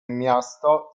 miasto